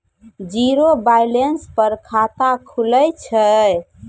Zero balance पर खाता खुले छै?